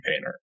painter